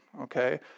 Okay